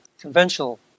conventional